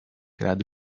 gerade